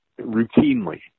routinely